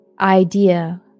idea